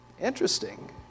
Interesting